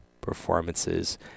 performances